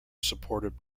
supportive